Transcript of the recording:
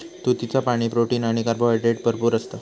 तुतीचा पाणी, प्रोटीन आणि कार्बोहायड्रेटने भरपूर असता